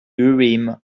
urim